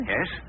Yes